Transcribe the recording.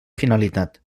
finalitat